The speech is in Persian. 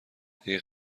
اگه